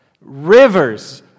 Rivers